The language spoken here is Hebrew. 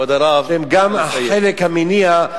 שהם גם החלק המניע,